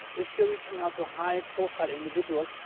if you're reaching out to high profile individuals,